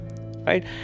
Right